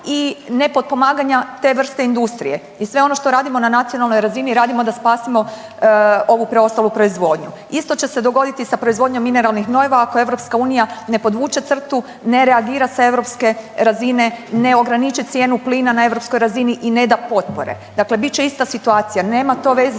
i ne potpomaganja te vrste industrije i sve ono što radimo na nacionalnoj razini radimo da spasimo ovu preostalu proizvodnju. Isto će se dogoditi sa proizvodnjom mineralnih gnojiva ako EU ne podvuče crtu, ne reagira sa europske razine, ne ograniče cijenu plina na europskoj razini i ne da potpore, dakle bit će ista situacija nema to veze